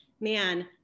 man